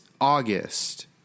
August